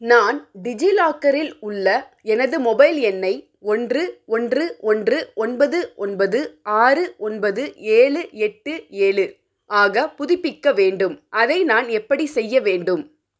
நான் டிஜிலாக்கரில் உள்ள எனது மொபைல் எண்ணை ஒன்று ஒன்று ஒன்று ஒன்பது ஒன்பது ஆறு ஒன்பது ஏழு எட்டு ஏழு ஆக புதுப்பிக்க வேண்டும் அதை நான் எப்படி செய்ய வேண்டும்